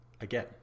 again